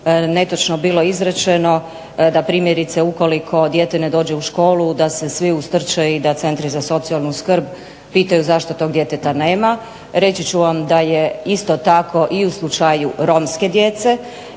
netočno bilo izrečeno da primjerice da ukoliko dijete ne dođe u školu da se svi ustrče i da centri za socijalnu skrb pitaju zašto toga djeteta nema. Reći ću vam da je isto tako u slučaju romske djece